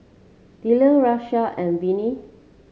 Dellar Rashad and Velia